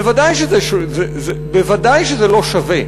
ודאי שזה לא שווה,